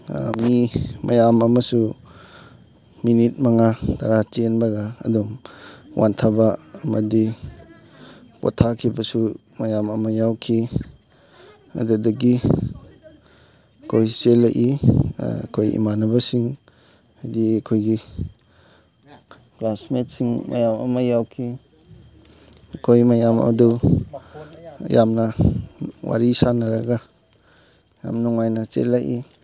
ꯃꯤ ꯃꯌꯥꯝ ꯑꯃꯁꯨ ꯃꯤꯅꯤꯠ ꯃꯉꯥ ꯇꯔꯥ ꯆꯦꯟꯕꯒ ꯑꯗꯨꯝ ꯋꯥꯟꯊꯕ ꯑꯃꯗꯤ ꯄꯣꯊꯥꯈꯤꯕꯁꯨ ꯃꯌꯥꯝ ꯑꯃ ꯌꯥꯎꯈꯤ ꯑꯗꯨꯗꯒꯤ ꯑꯩꯈꯣꯏ ꯆꯦꯜꯂꯛꯏ ꯑꯩꯈꯣꯏ ꯏꯃꯥꯟꯅꯕꯁꯤꯡ ꯍꯥꯏꯗꯤ ꯑꯩꯈꯣꯏꯒꯤ ꯀ꯭ꯂꯥꯁꯃꯦꯠꯁꯤꯡ ꯃꯌꯥꯝ ꯑꯃ ꯌꯥꯎꯈꯤ ꯑꯩꯈꯣꯏ ꯃꯌꯥꯝ ꯑꯗꯨ ꯌꯥꯝꯅ ꯋꯥꯔꯤ ꯁꯥꯟꯅꯔꯒ ꯌꯥꯝ ꯅꯨꯡꯉꯥꯏꯅ ꯆꯦꯜꯂꯛꯏ